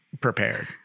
prepared